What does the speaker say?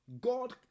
God